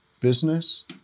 business